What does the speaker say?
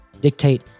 dictate